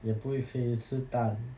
也不可以吃蛋